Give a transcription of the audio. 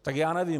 Tak já nevím.